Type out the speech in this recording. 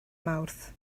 mawrth